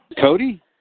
Cody